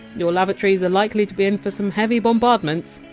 your lavatories are likely to be in for some heavy bombardments.